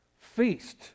feast